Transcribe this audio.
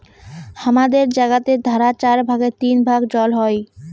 হামাদের জাগাতের ধারা চার ভাগের তিন ভাগ জল হই